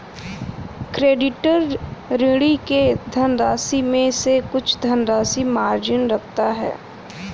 creditor, ऋणी के धनराशि में से कुछ धनराशि मार्जिन रखता है